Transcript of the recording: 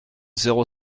zéro